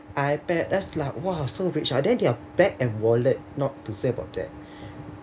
iPad s lah !wah! so rich ah then their bag and wallet not to say about that